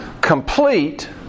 complete